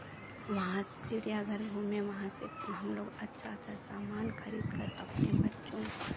वहाँ चिड़ियाघर घूमे वहाँ से हम लोग अच्छा अच्छा सामान खरीदकर अपने बच्चों